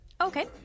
Okay